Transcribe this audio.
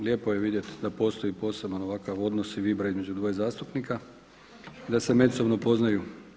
Lijepo je vidjeti da postoji poseban ovakav odnos i vibre između dvoje zastupnika, da se međusobno poznaju.